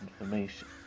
information